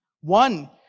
one